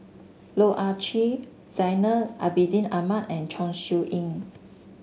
Loh Ah Chee Zainal Abidin Ahmad and Chong Siew Ying